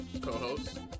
Co-host